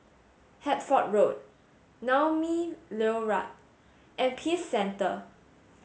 Hertford Road Naumi Liora and Peace Centre